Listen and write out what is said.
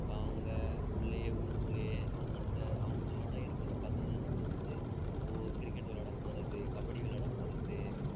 அவங்க உள்ளேயே ஊருக்குள்ளேயே அவங்கள்ட்ட அவங்களோட இருக்கிற பசங்களை மட்டும் வச்சி ஓ கிரிக்கெட் விளையாட போகிறது கபடி விளையாட போகிறது